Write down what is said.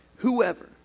Whoever